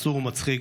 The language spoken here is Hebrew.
מסור ומצחיק,